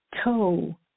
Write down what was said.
Toe